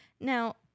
Now